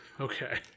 Okay